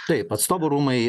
taip atstovų rūmai